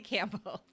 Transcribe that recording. Campbell